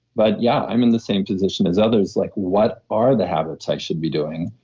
but yeah, i'm in the same position as others, like what are the habits i should be doing?